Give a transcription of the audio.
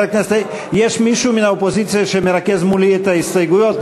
יש מישהו מהאופוזיציה שמרכז מולי את ההסתייגויות,